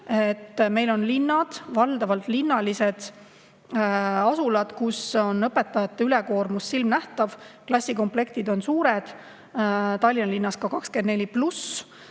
Meil on linnad ja valdavalt linnalised asulad, kus on õpetajate ülekoormus silmanähtav, klassikomplektid on suured, Tallinna linnas ka 24